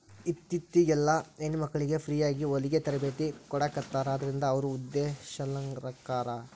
ಇತ್ತಿತ್ಲಾಗೆಲ್ಲಾ ಹೆಣ್ಮಕ್ಳಿಗೆ ಫ್ರೇಯಾಗಿ ಹೊಲ್ಗಿ ತರ್ಬೇತಿ ಕೊಡಾಖತ್ತಾರ ಅದ್ರಿಂದ ಅವ್ರು ಉದಂಶೇಲರಾಕ್ಕಾರ